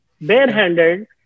barehanded